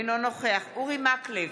אינו נוכח אורי מקלב,